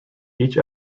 each